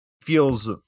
feels